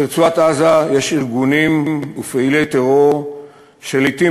ברצועת-עזה יש ארגונים ופעילי טרור שלעתים